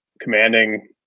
commanding